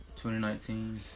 2019